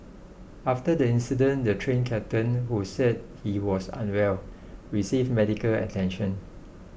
after the incident the Train Captain who said he was unwell received medical attention